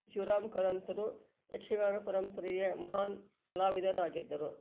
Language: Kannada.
ಶಿವರಾಮ ಕಾರಂತರು ಯಕ್ಷಗಾನ ಪರಂಪರೆಯ ಮಹಾನ್ ಕಲಾವಿದರಾಗಿದ್ದರು